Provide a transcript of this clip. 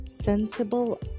sensible